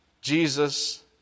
Jesus